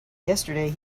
yesterday